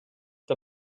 der